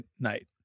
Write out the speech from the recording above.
night